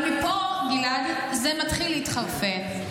"אבל מפה", גלעד, "זה מתחיל להתחרפן.